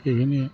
এইখিনিয়ে